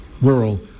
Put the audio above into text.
rural